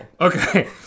Okay